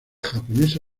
japonesa